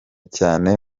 cyane